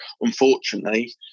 unfortunately